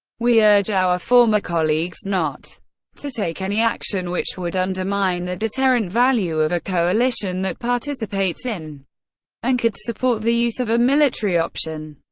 we urge our former colleagues not to take any action which would undermine the deterrent value of a coalition that participates in and could support the use of a military option.